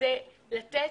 לתת